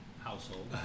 household